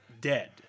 dead